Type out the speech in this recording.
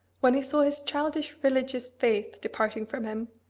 when he saw his childish religious faith departing from him,